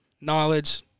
knowledge